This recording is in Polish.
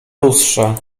lustrze